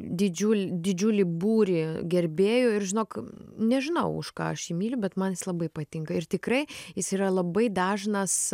didžiul didžiulį būrį gerbėjų ir žinok nežinau už ką aš jį myliu bet man jis labai patinka ir tikrai jis yra labai dažnas